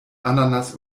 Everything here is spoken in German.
ananas